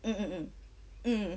mm mm mm mm